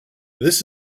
this